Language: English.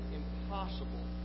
impossible